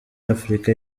afurika